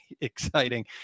exciting